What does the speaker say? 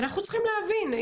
אנחנו צריכים להבין.